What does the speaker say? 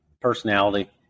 personality